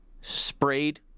sprayed